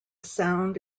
sound